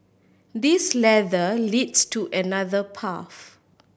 this ladder leads to another path